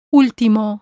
último